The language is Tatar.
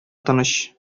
тыныч